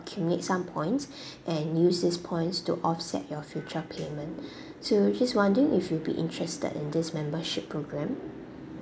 accumulate some points and use these points to offset your future payment so just wondering if you'd be interested in this membership programme